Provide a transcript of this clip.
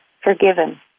forgiven